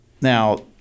Now